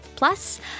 Plus